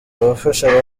abafasha